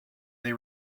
they